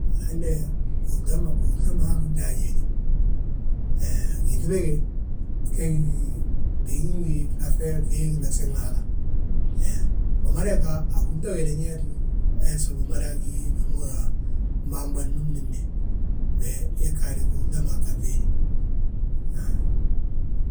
Hande gihúrda ma ruŋ daaji héde, he gyíŧ bégeģe gi, bigi ngi flaŧe fii gimesin haala. He wi mada ga a gihúrda ge de, ñe ttúur heso umada gi wi ma húra mbamba númdinde, he igaade gihúrda ma gaŧi héde hahan.